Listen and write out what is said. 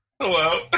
Hello